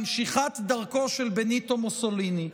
ממשיכת דרכו של בניטו מוסליני,